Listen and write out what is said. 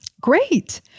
Great